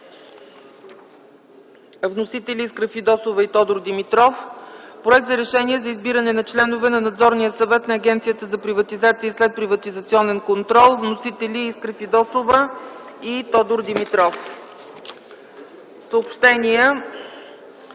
Вносители са Искра Фидосова и Тодор Димитров. Проект за решение за избиране на членове на Надзорния съвет на Агенцията за приватизация и следприватизационен контрол. Вносители са Искра Фидосова и Тодор Димитров. В понеделник,